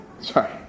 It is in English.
Sorry